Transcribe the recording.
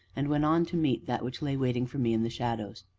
and went on to meet that which lay waiting for me in the shadows.